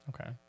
Okay